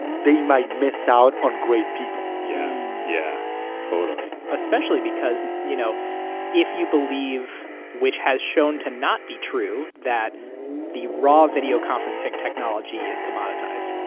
they might miss out on great people. yeah yeah totally. especially because you know if you believe which has shown to not be true that the raw video conferencing technology is commoditized,